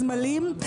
הם יילחמו על הסמלים,